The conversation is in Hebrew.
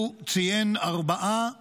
ציין הוא ארבעה נושאים: